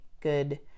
good